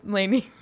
Lainey